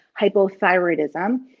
hypothyroidism